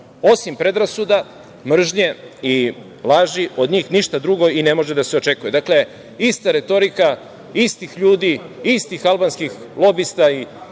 predrasuda, mržnje i laži od njih ništa drugo i ne može da se očekuje. Dakle, ista retorika istih ljudi, istih albanskih lobista